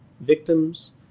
victims